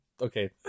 Okay